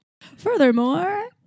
Furthermore